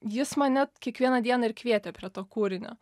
jis mane kiekvieną dieną ir kvietė prie to kūrinio